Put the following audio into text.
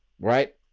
right